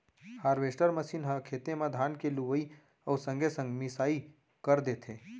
harvester machine ह खेते म धान के लुवई अउ संगे संग मिंसाई कर देथे